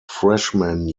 freshman